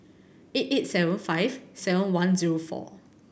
eight eight seven five seven one zero four